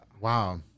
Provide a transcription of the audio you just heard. Wow